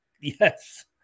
Yes